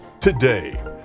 today